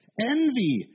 Envy